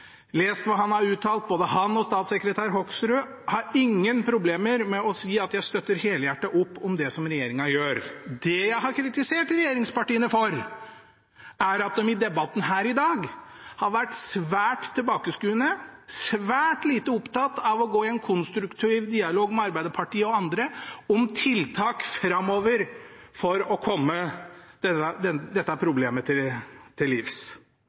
lest hva han har uttalt, både han og statssekretær Hoksrud. Jeg har ingen problemer med å si at jeg støtter helhjertet opp om det som regjeringen gjør. Det jeg har kritisert regjeringspartiene for, er at de i debatten her i dag har vært svært tilbakeskuende, svært lite opptatt av å gå i en konstruktiv dialog med Arbeiderpartiet og andre om tiltak framover for å komme dette problemet til livs.